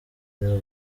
nibo